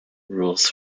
rules